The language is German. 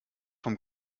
vom